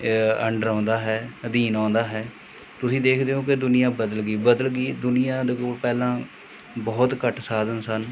under ਆਉਂਦਾ ਹੈ ਅਧੀਨ ਆਉਂਦਾ ਹੈ ਤੁਸੀਂ ਦੇਖਦੇ ਹੋ ਕਿ ਦੁਨੀਆਂ ਬਦਲ ਗਈ ਬਦਲ ਗਈ ਦੁਨੀਆਂ ਦੇ ਕੋਲ ਪਹਿਲਾਂ ਬਹੁਤ ਘੱਟ ਸਾਧਨ ਸਨ